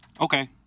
Okay